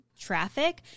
traffic